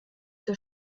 der